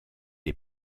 est